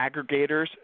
aggregators